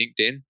LinkedIn